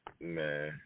Man